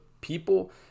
people